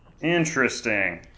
Interesting